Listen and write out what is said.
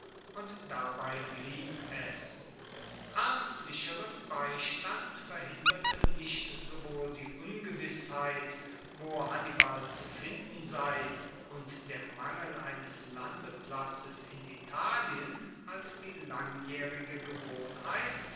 und dabei blieb es ernstlicheren beistand verhinderte nicht sowohl die ungewissheit wo hannibal zu finden sei und der mangel eines landeplatzes in italien als die langjaehrige gewohnheit